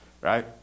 Right